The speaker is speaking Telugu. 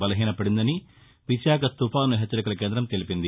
బలహీనపదిందని విశాఖ తుపాను హెచ్చరికల కేంద్రం తెలిపింది